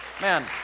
Man